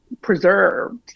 preserved